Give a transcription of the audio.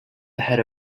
ahead